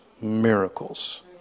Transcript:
miracles